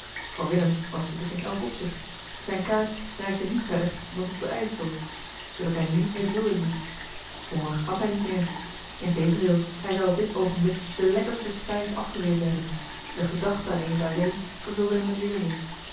voor willem was ze dit in elk opzicht zijne eli heimans willem roda kaart reikte niet verder dan tot den ijsel zoodat hij nu in t wilde liep honger had hij niet meer integendeel hij zou op dit oogenblik de lekkerste spijs afgewezen hebben de gedachte aan eten alleen vervulde hem met weerzin